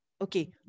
Okay